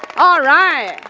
all right.